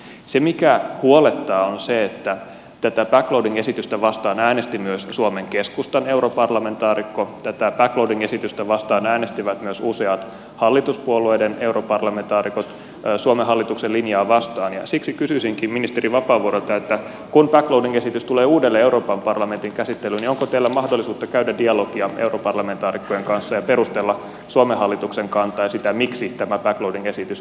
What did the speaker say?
se mikä huolettaa on se että tätä backloading esitystä vastaan äänesti myös suomen keskustan europarlamentaarikko tätä backloading esitystä vastaan suomen hallituksen linjaa vastaan äänestivät myös useat hallituspuolueiden europarlamentaarikot ja suomen hallituksen linjaa vastaan ja siksi kysyisinkin ministeri vapaavuorelta että kun backloading esitys tulee uudelleen euroopan parlamentin käsittelyyn niin onko teillä mahdollisuutta käydä dialogia europarlamentaarikkojen kanssa ja perustella suomen hallituksen kantaa ja sitä miksi tämä backloading esitys on niin tärkeä